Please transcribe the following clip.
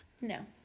no